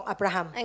Abraham